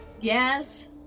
Yes